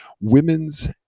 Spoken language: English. Women's